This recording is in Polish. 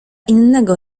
innego